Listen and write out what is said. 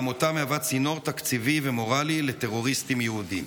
העמותה מהווה צינור תקציבי ומורלי לטרוריסטים יהודים.